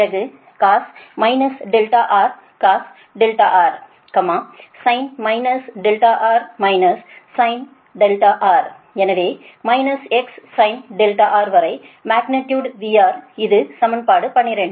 பிறகு cos cos R sin sin R எனவே Xsin R வரை மக்னிடியுடு VR இது சமன்பாடு 12